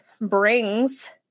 brings